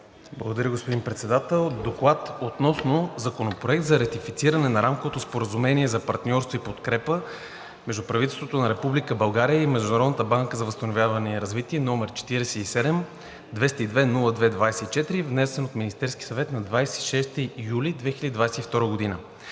Благодаря, господин Председател. „ДОКЛАД относно Законопроект за ратифициране на Рамковото споразумение за партньорство и подкрепа между правителството на Република България и Международната банка за възстановяване и развитие, № 47-202-02-24, внесен от Министерския съвет на 26 юли 2022 г.